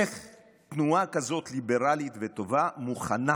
איך תנועה כזאת ליברלית וטובה מוכנה